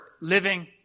living